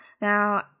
Now